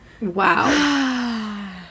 Wow